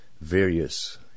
various